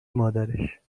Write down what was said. مادرش